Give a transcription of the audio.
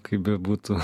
kaip bebūtų